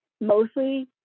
mostly